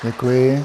Děkuji.